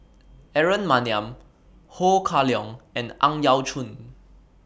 Aaron Maniam Ho Kah Leong and Ang Yau Choon